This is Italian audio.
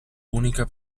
unica